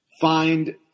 find